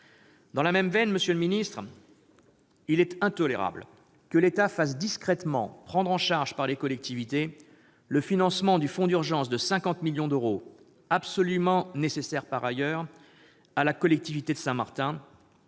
le ministre, il est intolérable que l'État fasse discrètement prendre en charge par les collectivités le financement du fonds d'urgence de 50 millions d'euros absolument nécessaire, par ailleurs, à la collectivité de Saint-Martin.